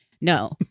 no